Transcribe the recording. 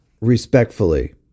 respectfully